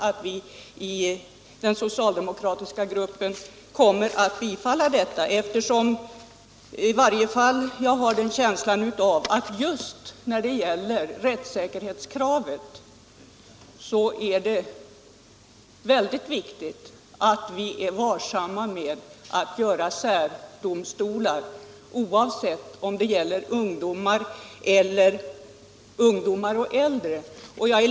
Det är inte så säkert att vi i den socialdemokratiska gruppen kommer att biträda ett förslag i den riktningen; i varje fall har jag en känsla av att det med hänsyn till rättssäkerhetskravet är väldigt viktigt att vi är varsamma med att inrätta särdomstolar, oavsett om det gäller ungdomar eller äldre.